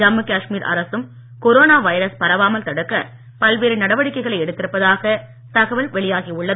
ஜம்மு காஷ்மீர் அரசும் corona virus பரவாமல் தடுக்க பல்வேறு நடவடிக்கைகளை எடுத்திருப்பதாக தகவல் வெளியாகியுள்ளது